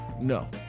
No